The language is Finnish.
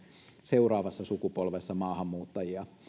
seuraavassa sukupolvessa maahanmuuttajia